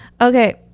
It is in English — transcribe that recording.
Okay